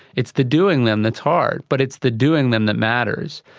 it's the doing them that's hard, but it's the doing them that matters.